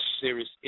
serious